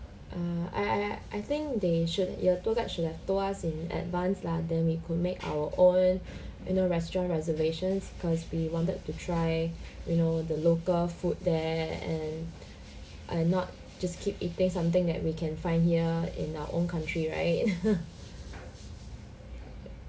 err I I I think they should your tour guide should have told us in advance lah then we could make our own you know restaurant reservations because we wanted to try you know the local food there and uh not just keep eating something that we can find here in our own country right